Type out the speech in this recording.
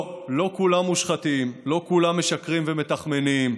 לא כולם מושחתים, לא כולם משקרים ומתחמנים,